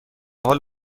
حال